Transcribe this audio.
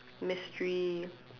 mystery